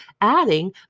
adding